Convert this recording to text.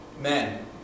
men